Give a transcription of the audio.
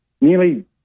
nearly